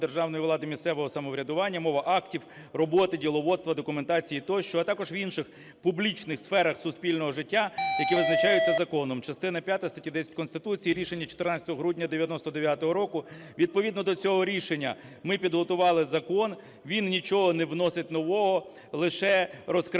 державної влади, місцевого самоврядування (мова актів, роботи, діловодства, документації тощо), а також в інших публічних сферах суспільного життя, які визначаються законом (частина п'ята статті 10 Конституції) (Рішення 14 грудня 99-го року). Відповідно до цього рішення ми підготували закон. Він нічого не вносить нового, лише розкриває